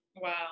wow